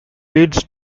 leads